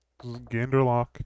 Ganderlock